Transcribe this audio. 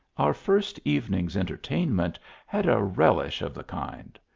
our first evening entertainment had a relish of the kind.